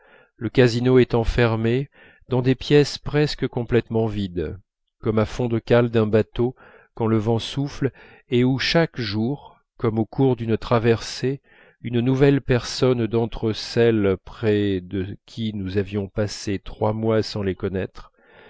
le casino étant fermé dans des pièces presque complètement vides comme à fond de cale d'un bateau quand le vent souffle et où chaque jour comme au cours d'une traversée une nouvelle personne d'entre celles près de qui nous avions passé trois mois sans les connaître